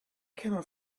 cannot